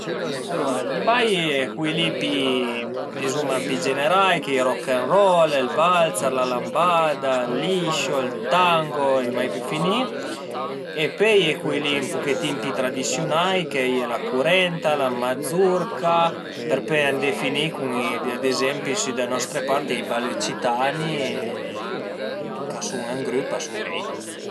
Alura di bai a ie culi li dizuma pi generai: ël rock&roll, ël walzer, la lambada, ël liscio, ël tango e mai pi finì. E pöi a ie culi li ën puchetin pi tradisiunai, ch'a ie la curenta, la mazurca për pöi andé finì cun i ad ezempi sü da nostre part a ie i balli occitani ch'a sun ën grüp e a sun bei